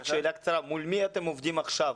קרן, מול מי אתם עובדים עכשיו?